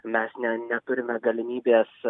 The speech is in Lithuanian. mes ne neturime galimybės